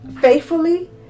faithfully